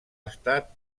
estat